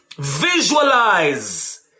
visualize